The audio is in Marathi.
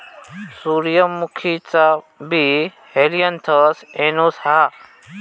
सूर्यमुखीचा बी हेलियनथस एनुस हा